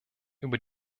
über